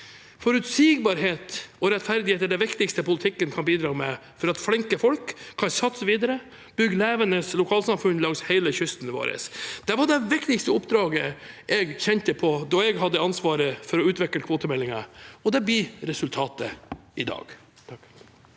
Forutsigbarhet og rettferdighet er det viktigste politikken kan bidra med for at flinke folk kan satse videre og bygge levende lokalsamfunn langs hele kysten vår. Det var det viktigste oppdraget jeg kjente på da jeg hadde ansvaret for å utvikle kvotemeldingen, og det blir resultatet i dag.